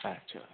ਅੱਛਾ